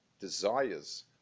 desires